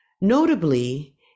Notably